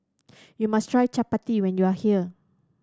you must try Chapati when you are here